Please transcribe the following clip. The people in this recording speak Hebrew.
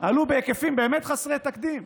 היו בהיקפים באמת חסרי תקדים.